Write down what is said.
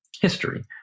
history